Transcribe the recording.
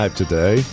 today